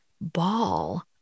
ball